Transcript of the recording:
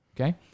Okay